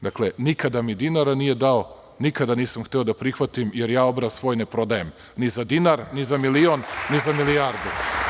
Dakle, nikada mi dinara nije dao, nikada nisam hteo da prihvatim, jer ja obraz svoj ne prodajem, ni za dinar, ni za milion, ni za milijardu.